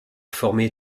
former